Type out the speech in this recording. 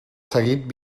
seguit